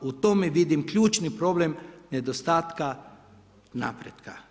U tome vidim ključni problem nedostatka napretka.